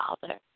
Father